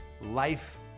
life